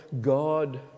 God